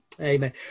Amen